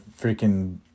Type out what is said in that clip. freaking